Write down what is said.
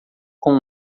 com